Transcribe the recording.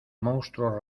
monstruos